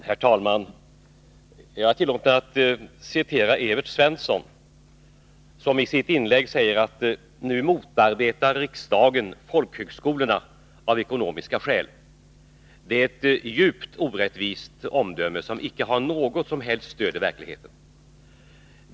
Herr talman! Jag tillåter mig åberopa vad Evert Svensson i sitt inlägg sade om att riksdagen nu motarbetar folkhögskolan av ekonomiska skäl. Det är ett djupt orättvist omdöme som inte har något som helst stöd i verkligheten.